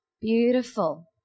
Beautiful